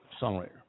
songwriter